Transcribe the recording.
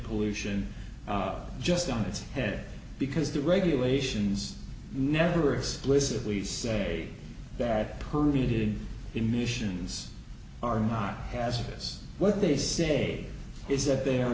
pollution just on its head because the regulations never explicitly say that permeated emissions are not hazardous what they say is that they are